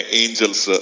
angels